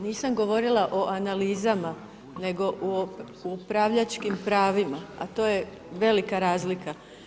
Nisam govorila o analizama, nego o upravljačkim pravima, a to je velika razlika.